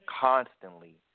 constantly